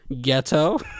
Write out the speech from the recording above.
Ghetto